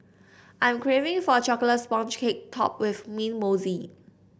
I am craving for a chocolate sponge cake topped with mint mousse